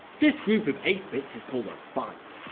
this group of eight bits is called a byte.